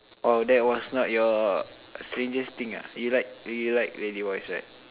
oh that was not your strangest thing ah you like you like lady voice right